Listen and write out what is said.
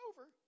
over